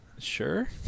sure